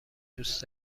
دوست